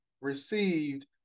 received